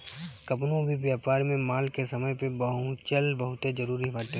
कवनो भी व्यापार में माल के समय पे पहुंचल बहुते जरुरी बाटे